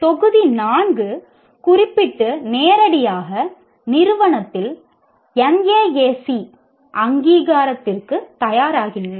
தொகுதி 4 குறிப்பிட்டு நேரடியாக நிறுவனத்தில் NAAC அங்கீகாரத்திற்கு தயாராகின்றன